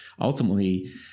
ultimately